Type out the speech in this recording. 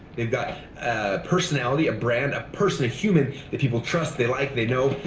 they've got a personality, a brand, a person, a human that people trust, they like, they know,